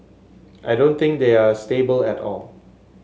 I don't think they are stable at all